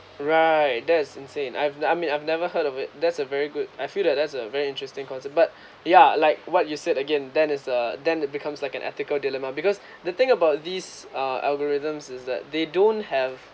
right that is insane I've I mean I've never heard of it that's a very good I feel that that's a very interesting concept but ya like what you said again then is uh then it becomes like an ethical dilemma because the thing about these uh algorithms is that they don't have